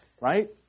right